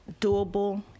doable